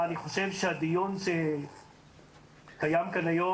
הדיון שקיים כאן היום,